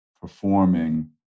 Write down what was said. performing